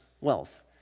wealth